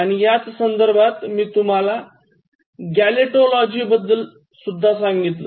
आणि याच संधार्बत मी तुम्हाला गॅलोटोलॉजी बद्दल सांगितलं